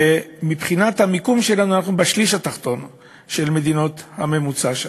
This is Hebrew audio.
מבחינת המיקום שלנו אנחנו בשליש התחתון של ממוצע המדינות שם.